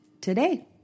today